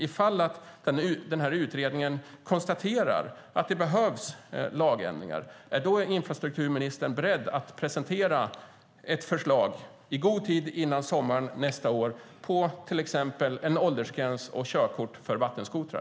Ifall utredningen konstaterar att det behövs en lagändring, är infrastrukturministern då beredd att i god tid före sommaren nästa år presentera ett förslag om till exempel åldersgräns och krav på körkort för vattenskotrar?